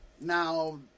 Now